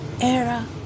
era